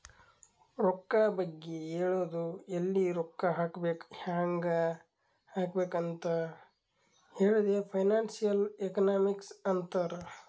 ರೊಕ್ಕಾ ಬಗ್ಗೆ ಹೇಳದು ಎಲ್ಲಿ ರೊಕ್ಕಾ ಹಾಕಬೇಕ ಹ್ಯಾಂಗ್ ಹಾಕಬೇಕ್ ಅಂತ್ ಹೇಳದೆ ಫೈನಾನ್ಸಿಯಲ್ ಎಕನಾಮಿಕ್ಸ್ ಅಂತಾರ್